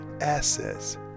assets